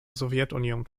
sowjetunion